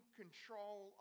control